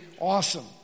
awesome